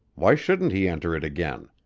why shouldn't he enter it again?